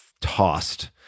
tossed